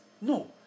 No